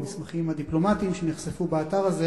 המסמכים הדיפלומטיים שנחשפו באתר הזה